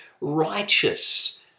righteous